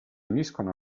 uniscono